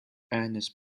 ernest